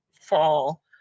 fall